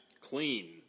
clean